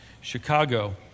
Chicago